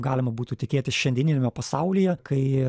galima būtų tikėtis šiandieniniame pasaulyje kai